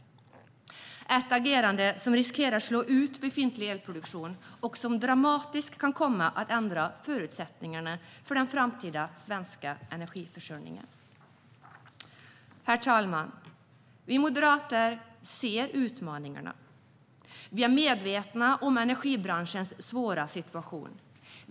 Det är ett agerande som riskerar att slå ut befintlig elproduktion och som dramatiskt kan komma att ändra förutsättningarna för den framtida svenska energiförsörjningen. Herr talman! Vi moderater ser utmaningarna. Vi är medvetna om energibranschens svåra situation.